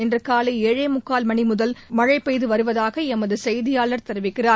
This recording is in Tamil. இன்று காலை ஏழே முக்கால் மணி முதல் மழை பெய்து வருவதாக எமது செய்தியாளர் தெரிவிக்கிறார்